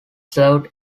served